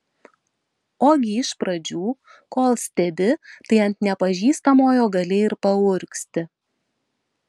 ogi iš pradžių kol stebi tai ant nepažįstamojo gali ir paurgzti